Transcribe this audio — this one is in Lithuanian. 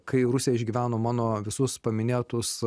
kai rusija išgyveno mano visus paminėtus